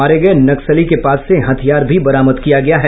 मारे गये नक्सली के पास से हथियार भी बरामद किया गया है